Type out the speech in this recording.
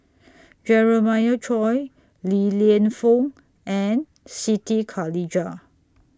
Jeremiah Choy Li Lienfung and Siti Khalijah